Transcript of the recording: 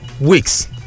weeks